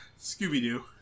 Scooby-Doo